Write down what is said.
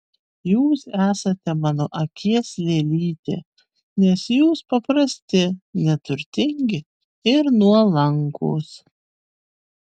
jūs esate mano akies lėlytė nes jūs paprasti neturtingi ir nuolankūs